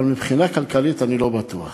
אבל מבחינה כלכלית, אני לא בטוח.